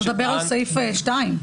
אתה מדבר על סעיף 2?